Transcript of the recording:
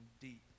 deep